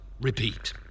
repeat